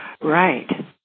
right